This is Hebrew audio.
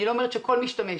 אני לא אומרת שכל משתמש